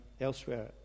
elsewhere